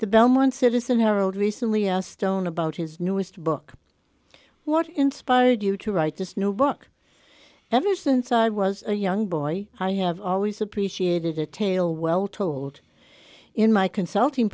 the belmont citizen have wrote recently as stone about his newest book what inspired you to write this new book ever since i was a young boy i have always appreciated a tale well told in my consulting